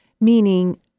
Meaning